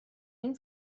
این